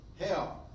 hell